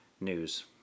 news